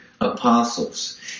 apostles